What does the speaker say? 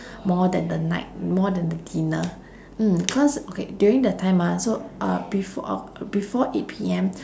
more than the night more than the dinner mm cause okay during the time mah so uh before before eight P M